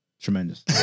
tremendous